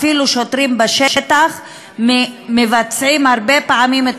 אפילו שוטרים בשטח מבצעים הרבה פעמים את